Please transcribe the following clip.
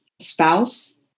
spouse